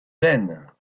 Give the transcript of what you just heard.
vaine